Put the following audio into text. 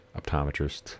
optometrist